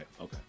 okay